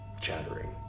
chattering